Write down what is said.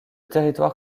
territoire